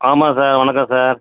ஆமாம் சார் வணக்கம் சார்